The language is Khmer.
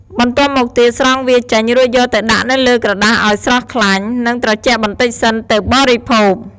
បន្ទាប់មកទៀតស្រង់វាចេញ រួចយកទៅដាក់នៅលើក្រដាសឱ្យស្រក់ខ្លាញ់ និងត្រជាក់បន្តិចសិន ទើបបរិភោគ។